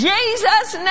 Jesus